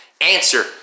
answer